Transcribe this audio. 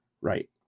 right